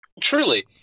Truly